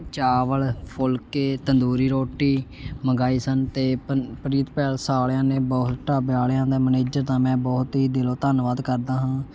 ਚਾਵਲ ਫੁਲਕੇ ਤੰਦੂਰੀ ਰੋਟੀ ਮੰਗਵਾਏ ਸਨ ਅਤੇ ਪਨ ਪ੍ਰੀਤ ਪੈਲਸ ਵਾਲ਼ਿਆਂ ਨੇ ਬਹੁਤ ਢਾਬੇ ਵਾਲ਼ਿਆਂ ਦੇ ਮੈਨੇਜਰ ਦਾ ਮੈਂ ਬਹੁਤ ਹੀ ਦਿਲੋਂ ਧੰਨਵਾਦ ਕਰਦਾ ਹਾਂ